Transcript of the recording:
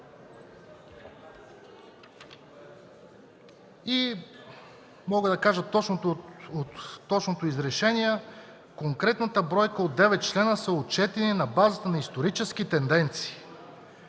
И мога да кажа точното изречение: „Конкретната бройка от девет члена са отчетени на базата на исторически тенденции”,